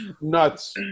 Nuts